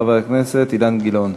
חבר הכנסת אילן גילאון.